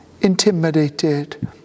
intimidated